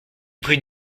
prix